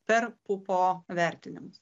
per pupo vertinimus